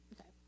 Okay